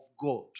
God